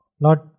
Lord